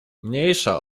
mniejsza